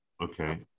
Okay